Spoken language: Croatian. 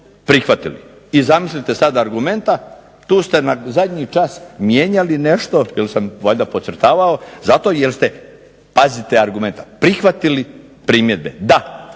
prihvatili. I zamislite sad argumenta, tu ste zadnji čas mijenjali nešto jer sam valjda podcrtavao zato jer ste, pazite argumenta, prihvatili primjedbe. Da,